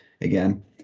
again